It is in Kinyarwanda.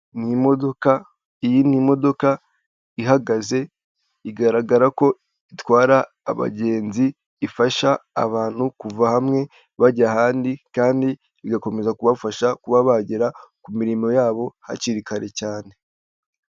Ni modoka, iyi ni imodoka ihagaze igaragara ko itwara abagenzi ifasha abantu kuva hamwe bajya ahandi kandi igakomeza kubafasha kuba bagera ku mirimo yabo hakiri kare cyane.